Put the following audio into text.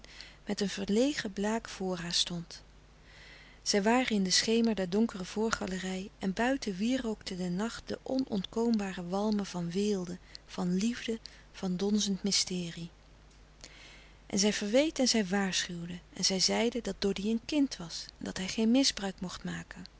met een verlegen blague voor haar stond zij waren in den schemer der donkere voorgalerij en buiten wierookte de nacht de onontkoombare walmen van weelde van liefde van donzend mysterie louis couperus de stille kracht en zij verweet en zij waarschuwde en zij zeide dat doddy een kind was en dat hij geen misbruik mocht maken